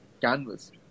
canvas